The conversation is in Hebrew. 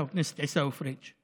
חבר הכנסת עיסאווי פריג'?